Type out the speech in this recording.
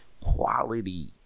quality